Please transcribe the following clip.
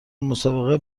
مسابقه